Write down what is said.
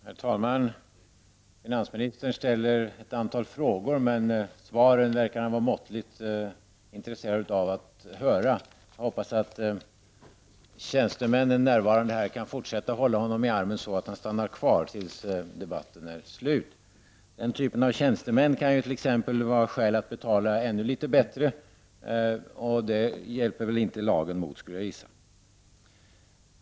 Herr talman! Finansministern ställer ett antal frågor, men svaren verkar han vara måttligt intresserad av att höra. Jag hoppas att de närvarande tjänstemännen kan fortsätta att hålla honom i armen så att han stannar kvar tills debatten är slut. Den typen av tjänstemän kan det t.ex. vara skäl att betala ännu litet bättre, och det hjälper väl inte lagen mot, skulle jag gissa.